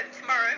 Tomorrow